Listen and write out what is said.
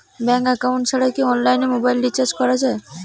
Bank account ছাড়া কি অনলাইনে মোবাইল রিচার্জ করা যায়?